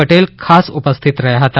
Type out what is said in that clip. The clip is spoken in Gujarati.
પટેલ ખાસ ઉપસ્થિત રહ્યા હતા